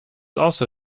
also